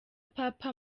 papa